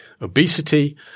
obesity